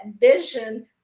vision